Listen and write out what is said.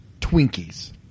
Twinkies